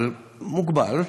אבל מוגבל,